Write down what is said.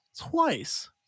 twice